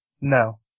No